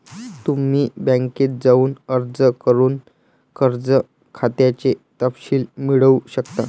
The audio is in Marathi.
तुम्ही बँकेत जाऊन अर्ज करून कर्ज खात्याचे तपशील मिळवू शकता